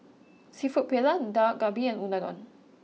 Seafood Paella Dak Galbi and Unadon